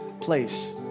place